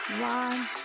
one